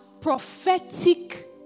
prophetic